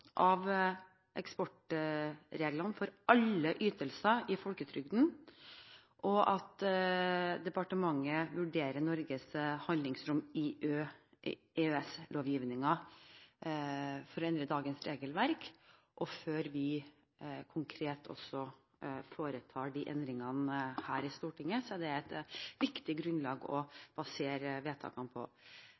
av eksportreglene for alle ytelser i folketrygden, og at departementet vurderer Norges handlingsrom i EØS-lovgivningen for å endre dagens regelverk. Før vi konkret foretar de endringene her i Stortinget, er det et viktig grunnlag å basere vedtakene på.